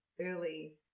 early